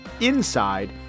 inside